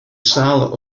sâl